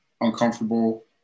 uncomfortable